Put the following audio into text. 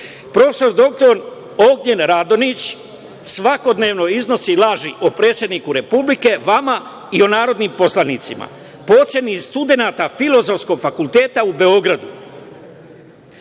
dr Ognjen Radonjić svakodnevno iznosi laži o predsedniku Republike, vama i o narodnim poslanicima. Po oceni studenata Filozofskog fakulteta u Beogradu,